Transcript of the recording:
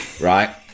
Right